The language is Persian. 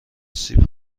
سیب